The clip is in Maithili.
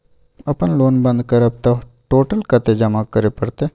अपन लोन बंद करब त टोटल कत्ते जमा करे परत?